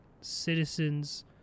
citizens